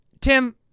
Tim